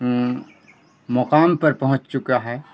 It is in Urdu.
مقام پر پہنچ چکا ہے